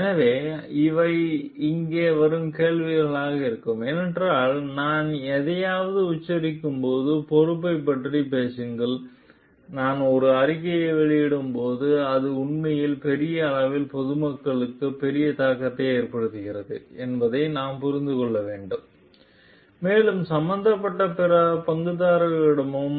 எனவே இவை இங்கே வரும் கேள்விகளாக இருக்கும் ஏனென்றால் நான் எதையாவது உச்சரிக்கும் போது பொறுப்பைப் பற்றிய பேச்சுக்கள் நான் ஒரு அறிக்கையை வெளியிடும் போது அது உண்மையில் பெரிய அளவில் பொதுமக்களுக்கு பெரும் தாக்கத்தை ஏற்படுத்துகிறது என்பதை நாம் புரிந்து கொள்ள வேண்டும் மேலும் சம்பந்தப்பட்ட பிற பங்குதாரர்களிடமும்